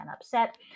upset